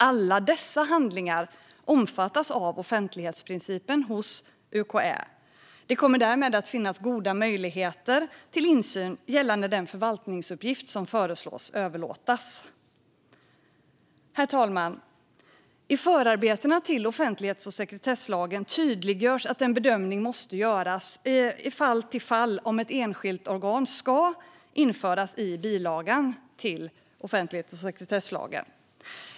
Alla dessa handlingar omfattas av offentlighetsprincipen hos UKÄ. Det kommer därmed att finnas goda möjligheter till insyn gällande den förvaltningsuppgift som föreslås överlåtas. Herr talman! I förarbetena till offentlighets och sekretesslagen tydliggörs att en bedömning måste göras från fall till fall av om ett enskilt organ ska införas i bilagan till offentlighets och sekretesslagen.